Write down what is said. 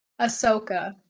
Ahsoka